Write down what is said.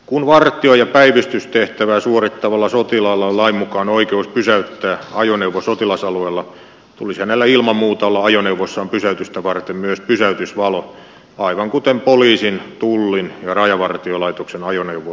kun vartio ja päivystystehtävää suorittavalla sotilaalla on lain mukaan oikeus pysäyttää ajoneuvo sotilasalueella tulisi hänellä ilman muuta olla ajoneuvossaan pysäytystä varten myös pysäytysvalo aivan kuten poliisin tullin ja rajavartiolaitoksen ajoneuvoissakin on